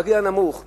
בגיל הנמוך,